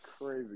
crazy